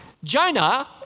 Jonah